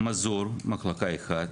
מזור מחלקה אחת,